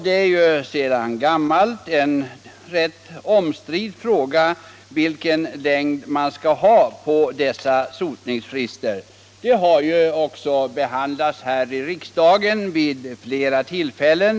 Det är ju sedan gammalt en rätt omstridd fråga vilken längd det skall vara på dessa sotningsfrister. Frågan har också behandlats här i riksdagen vid flera tillfällen.